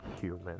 human